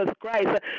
Christ